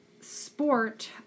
sport